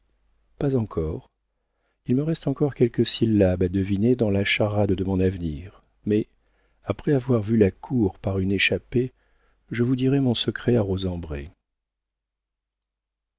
pas encore il me reste encore quelques syllabes à deviner dans la charade de mon avenir mais après avoir vu la cour par une échappée je vous dirai mon secret à